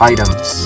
Items